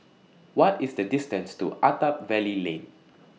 What IS The distance to Attap Valley Lane